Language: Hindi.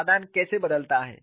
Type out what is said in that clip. समाधान कैसे बदलता है